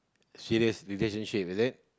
serious relationship is it